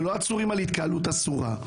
זה לא עצורים על התקהלות אסורה.